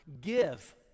Give